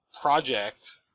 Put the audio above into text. project